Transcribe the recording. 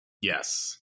Yes